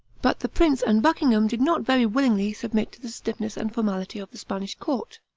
but the prince and buckingham did not very willingly submit to the stiffness and formality of the spanish court.